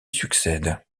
succède